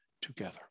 together